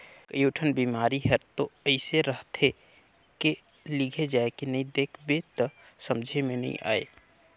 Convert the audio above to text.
कयोठन बिमारी हर तो अइसे रहथे के लिघे जायके नई देख बे त समझे मे नई आये